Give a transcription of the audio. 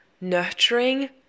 nurturing